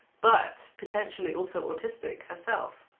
but, potentially, also autistic herself.